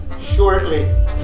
shortly